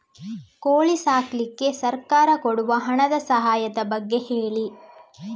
ಕೋಳಿ ಸಾಕ್ಲಿಕ್ಕೆ ಸರ್ಕಾರ ಕೊಡುವ ಹಣದ ಸಹಾಯದ ಬಗ್ಗೆ ಹೇಳಿ